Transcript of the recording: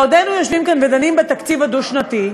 בעודנו יושבים כאן ודנים בתקציב הדו-שנתי,